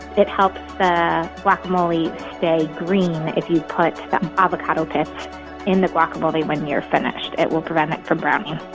it helps the guacamole stay green if you put avocado pits in the guacamole when you're finished. it will prevent it from browning.